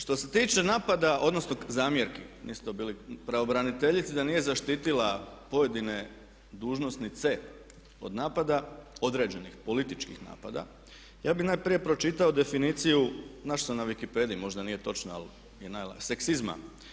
Što se tiče napada, odnosno zamjerki, nisu to bili, pravobraniteljici da nije zaštitila pojedine dužnosnice od napada, određenih političkih napada, ja bih najprije pročitao definiciju, našao sam na Wikipediji možda nije točna ali je najava seksizma.